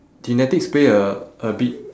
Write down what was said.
genetics play a a big